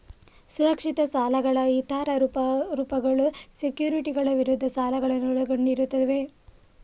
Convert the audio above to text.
ಸುರಕ್ಷಿತ ಸಾಲಗಳ ಇತರ ರೂಪಗಳು ಸೆಕ್ಯುರಿಟಿಗಳ ವಿರುದ್ಧ ಸಾಲಗಳನ್ನು ಒಳಗೊಂಡಿರುತ್ತವೆ